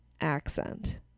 accent